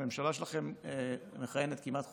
הממשלה שלכם מכהנת כמעט חודשיים.